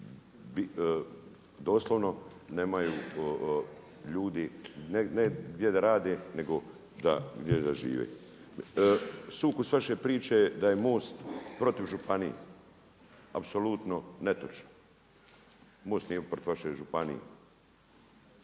doslovno nemaju ljudi ne gdje da rade, nego gdje da žive. Sukus vaše priče da je MOST protiv županije, apsolutno netočno. MOST nije protiv vaše županije.